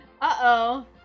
Uh-oh